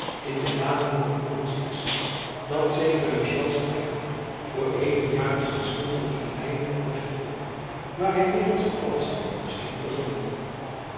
in de daad niemand anjacob van lennep elizabeth musch ders is dan zekere michel servin voor eenige jaren ontsnapt van de galeien van rochefort waar hy wegens vervalsching was